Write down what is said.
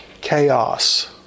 Chaos